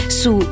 su